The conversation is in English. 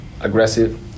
aggressive